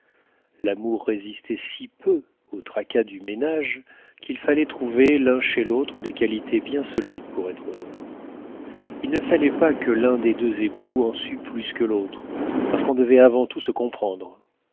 l'amour résistait si peu aux tracas du ménage qu'il fallait trouver l'un chez l'autre des qualités bien solides pour être heureux il ne fallait pas que l'un des deux époux en sût plus que l'autre parce qu'on devait avant tout se comprendre